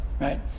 right